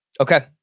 Okay